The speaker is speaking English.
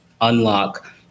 unlock